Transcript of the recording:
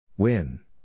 Win